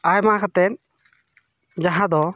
ᱟᱭᱢᱟ ᱠᱟᱛᱮᱫ ᱡᱟᱦᱟᱸ ᱫᱚ